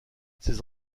ces